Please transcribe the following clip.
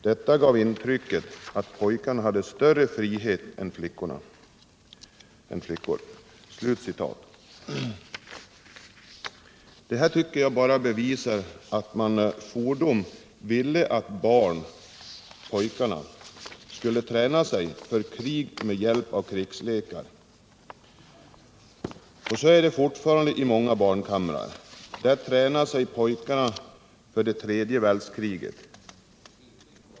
Det gav intrycket att pojkar hade större frihet än flickor.” Det här tycker jag bara bevisar att man fordom ville att barn — pojkarna — skulle träna sig för krig med hjälp av krigslekar. Och så är det fortfarande i många barnkamrar. Där tränar sig pojkarna för det tredje världskriget.